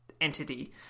entity